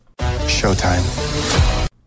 Showtime